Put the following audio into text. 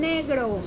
Negro